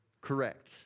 correct